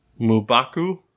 Mubaku